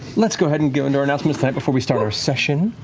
let's go ahead and get into our announcements tonight before we start our session.